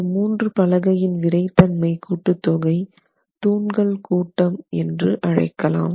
இந்த மூன்று பலகையின் விறைத்தன்மை கூட்டுத்தொகை தூண்கள் கூட்டம் என்று அழைக்கலாம்